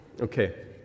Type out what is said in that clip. Okay